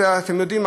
אתם הרי יודעים,